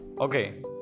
okay